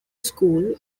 school